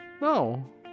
No